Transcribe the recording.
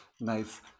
Nice